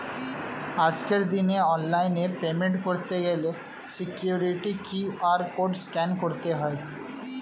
আজকের দিনে অনলাইনে পেমেন্ট করতে গেলে সিকিউরিটি কিউ.আর কোড স্ক্যান করতে হয়